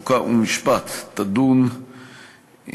חוק ומשפט תדון,